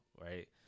right